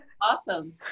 awesome